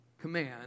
command